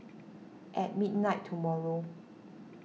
at midnight tomorrow